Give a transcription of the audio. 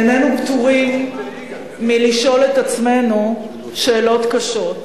איננו פטורים מלשאול את עצמנו שאלות קשות: